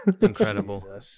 Incredible